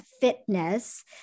fitness